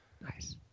Nice